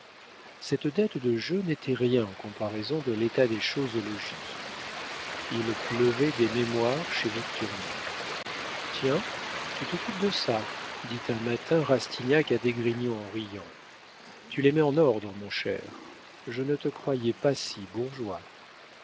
cette dette de jeu n'était rien en comparaison de l'état des choses au logis il pleuvait des mémoires chez victurnien tiens tu t'occupes de ça dit un matin rastignac à d'esgrignon en riant tu les mets en ordre mon cher je ne te croyais pas si bourgeois